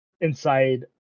inside